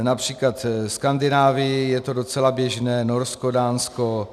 Například ve Skandinávii je to docela běžné: Norsko, Dánsko.